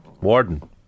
Warden